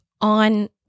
on